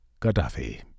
Gaddafi